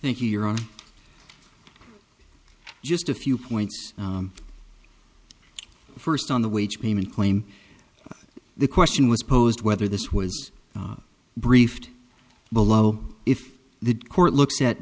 thank you your honor just a few points first on the wage payment claim the question was posed whether this was briefed below if the court looks at